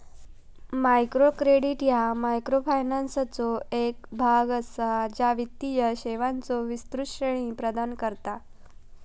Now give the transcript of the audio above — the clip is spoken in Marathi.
मायक्रो क्रेडिट ह्या मायक्रोफायनान्सचो एक भाग असा, ज्या वित्तीय सेवांचो विस्तृत श्रेणी प्रदान करता